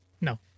No